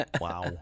Wow